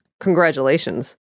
Congratulations